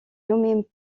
nommé